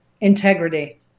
Integrity